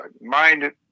mind